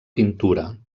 pintura